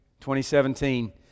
2017